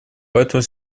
поэтому